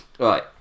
Right